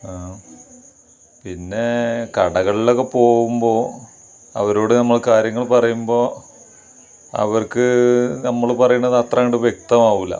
ആ പിന്നെ കടകളിലൊക്കെ പോകുമ്പോൾ അവരോട് നമ്മൾ കാര്യങ്ങൾ പറയുമ്പോൾ അവർക്ക് നമ്മള് പറയുന്നത് അത്ര അങ്ങോട്ട് വ്യക്തം ആകില്ല